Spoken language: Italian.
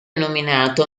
nominato